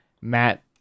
Matt